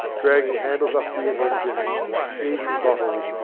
dragging handles off beer-engines, seiz ing bottles,